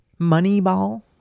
Moneyball